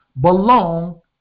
belong